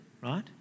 Right